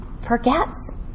Forgets